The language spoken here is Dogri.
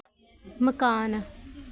मकान